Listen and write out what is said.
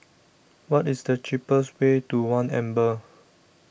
what is the cheapest way to one Amber